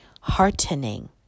heartening